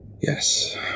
Yes